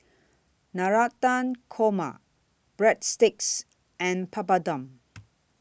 Navratan Korma Breadsticks and Papadum